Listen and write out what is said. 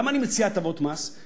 למה אני מציע הטבות מס?